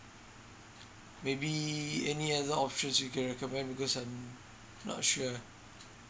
maybe any other options you can recommend because I'm not sure